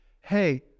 hey